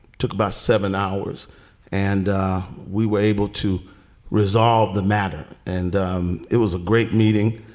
took about seven hours and we were able to resolve the matter. and it was a great meeting.